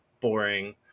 boring